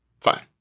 Fine